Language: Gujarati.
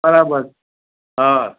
બરાબર હા